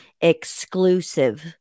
exclusive